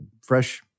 fresh